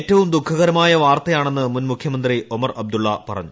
ഏറ്റവും ദുഃഖകരമായ വാർത്തയാണെന്ന് മുൻ മുഖ്യമന്ത്രി ഒമർ അബ്ദുള്ള പറഞ്ഞു